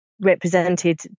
represented